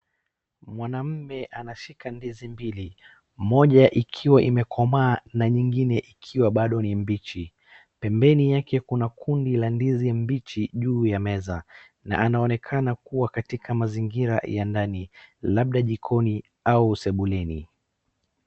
Mwanamume anashika ndizi mbili. Moja ikiwa imekomaa na nyingine ikiwa bado ni mbichi. Pembeni yake kuna kundi la ndizi mbichi juu ya meza na anaonekana kuwa katika mazingira ya ndani labda jikoni au sebuleni.